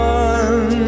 one